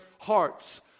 hearts